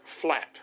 flat